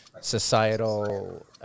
societal